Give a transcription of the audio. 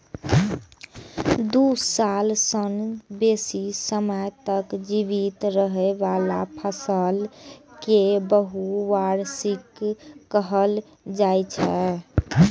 दू साल सं बेसी समय तक जीवित रहै बला फसल कें बहुवार्षिक कहल जाइ छै